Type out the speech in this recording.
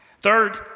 Third